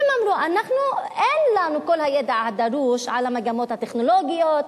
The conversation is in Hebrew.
אמרו: אין לנו כל הידע הדרוש על המגמות הטכנולוגיות,